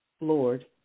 Lord